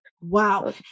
wow